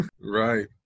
Right